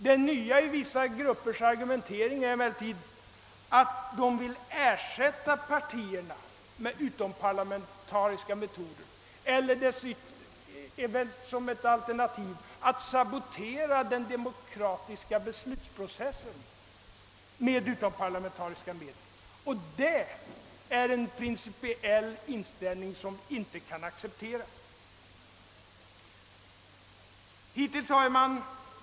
Det nya i dessa gruppers argumentering är emellertid att de vill ersätta partierna med utomparlamentariska metoder — eventuellt som ett alternativ att sabotera den demokratiska beslutsprocessen med utomparlamentariska medel — och det är en principiell inställning som inte kan accepteras.